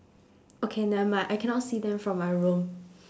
okay nevermind I cannot see them from my room